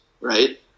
right